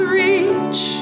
reach